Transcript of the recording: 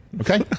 Okay